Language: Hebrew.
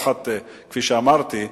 כפי שאמרתי,